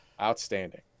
Outstanding